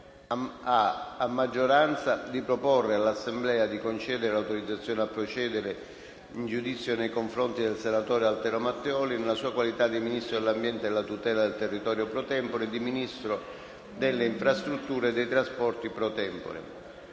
a maggioranza, di proporre all'Assemblea di concedere l'autorizzazione a procedere nei confronti del senatore Altero Matteoli nella sua qualità di Ministro dell'ambiente e della tutela del territorio *pro tempore* e delle infrastrutture e dei trasporti *pro tempore*;